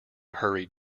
hurried